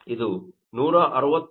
ಇದು 160